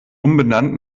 umbenannt